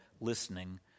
listening